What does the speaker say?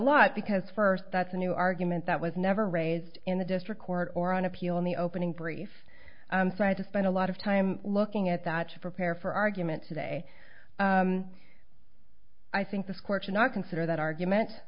lot because first that's a new argument that was never raised in the district court or on appeal in the opening brief right to spend a lot of time looking at that to prepare for argument today i think the scorch and i consider that argument